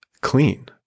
clean